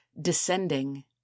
descending